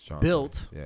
built